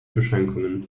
beschränkungen